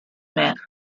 meant